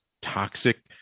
toxic